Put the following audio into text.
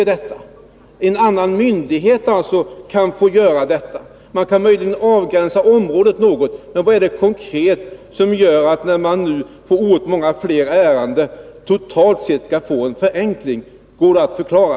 Det handlar om en annan myndighet, och man kan möjligen avgränsa området något — men vad är det konkret som gör att man, när man nu får oerhört många fler ärenden totalt sett, skall få en förenkling? Går det att förklara?